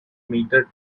meter